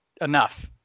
enough